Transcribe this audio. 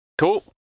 Cool